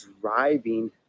driving